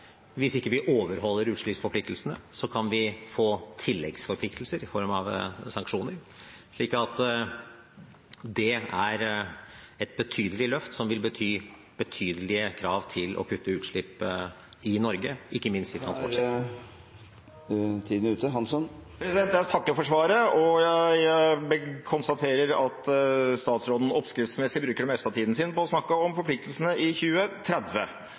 Hvis vi ikke overholder utslippsforpliktelsene, kan vi få tilleggsforpliktelser i form av sanksjoner. Så det er et betydelig løft, som vil bety betydelige krav til å kutte utslipp i Norge, ikke minst … Da er tiden ute. Jeg takker for svaret, og jeg konstaterer at statsråden oppskriftsmessig bruker det meste av tiden sin til å snakke om forpliktelsene i 2030.